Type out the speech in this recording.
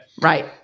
Right